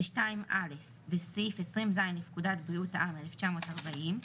ו-(2)(א) וסעיף 20ז לפקודת בריאות העם,1940,